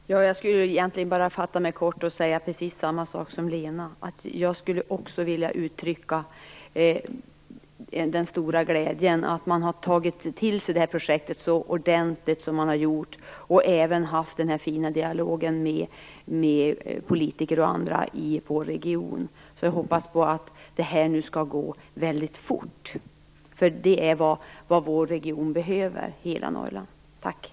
Fru talman! Jag skall fatta mig kort och egentligen säga precis samma sak som Lena Sandlin. Jag skulle också vilja uttrycka den stora glädjen över att man har tagit till sig det här projektet så ordentligt som man har gjort och även haft den här fina dialogen med politiker och andra i vår region. Jag hoppas att detta nu skall gå väldigt fort. Det är vad vår region och hela Norrland behöver. Tack!